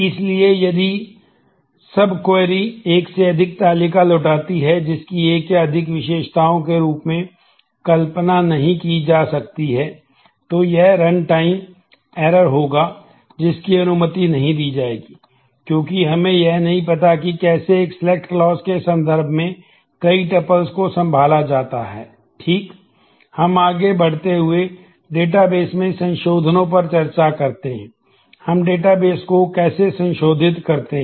इसलिए यदि सब क्वेरी को कैसे संशोधित करते हैं